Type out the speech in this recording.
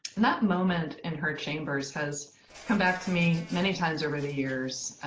and that moment in her chambers has come back to me many times over the years.